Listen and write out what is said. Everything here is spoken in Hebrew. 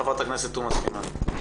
חברת הכנסת תומא סלימאן, בבקשה.